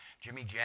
Jimmy